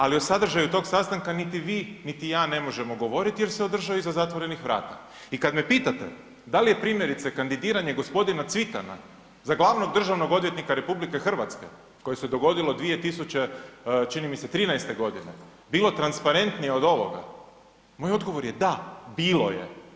Ali, o sadržaju tog sastanka niti vi niti ja ne možemo govoriti jer se održao iza zatvorenih vrata i kad me pitate da li je, primjerice, kandidiranje g. Cvitana za glavnog državnog odvjetnika RH koji se dogodio 2000, čini mi se 13. godine, bilo transparentnije od ovoga, moj odgovor je da, bilo je.